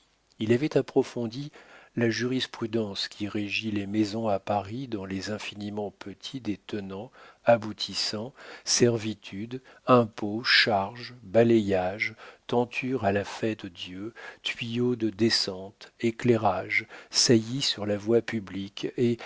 il avait approfondi la jurisprudence qui régit les maisons à paris dans les infiniment petits des tenants aboutissants servitudes impôts charges balayages tentures à la fête-dieu tuyaux de descente éclairage saillies sur la voie publique et